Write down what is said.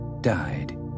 died